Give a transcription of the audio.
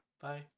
Bye